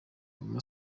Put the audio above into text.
guma